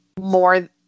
more